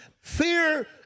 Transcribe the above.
fear